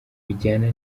bijyana